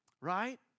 right